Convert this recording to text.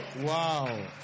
Wow